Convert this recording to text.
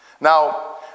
Now